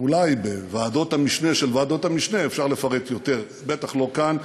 אולי בוועדות המשנה אפשר לפרט יותר, בטח לא כאן.